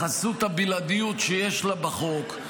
בחסות הבלעדיות שיש לה בחוק,